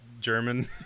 German